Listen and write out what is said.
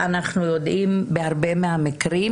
ואנחנו יודעים בהרבה מהמקרים,